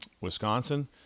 Wisconsin